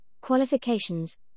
qualifications